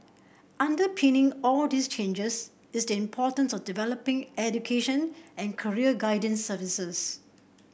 underpinning all these changes is the importance of developing education and career guidance services